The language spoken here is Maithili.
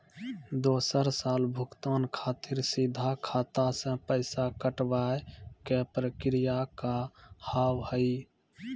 दोसर साल भुगतान खातिर सीधा खाता से पैसा कटवाए के प्रक्रिया का हाव हई?